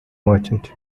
merchant